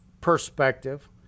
perspective